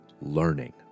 learning